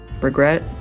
regret